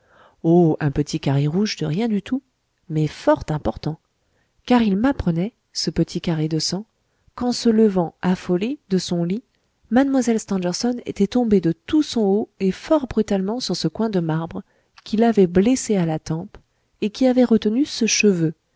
un carré rouge de rien du tout mais fort important car il m'apprenait ce carré de sang qu'en se levant affolée de son lit mlle stangerson était tombée de tout son haut et fort brutalement sur ce coin de marbre qui l'avait blessée à la tempe et qui avait retenu ce cheveu